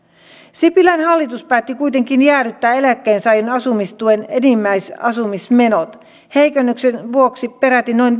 sipilän hallitus päätti kuitenkin jäädyttää eläkkeensaajan asumistuen enimmäisasumismenot heikennyksen vuoksi peräti noin